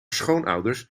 schoonouders